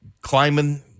climbing